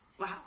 Wow